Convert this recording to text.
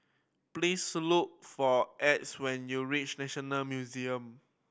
please look for Exie when you reach National Museum